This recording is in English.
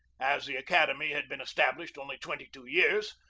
as the academy had been established only twenty-two years,